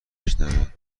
میشنوه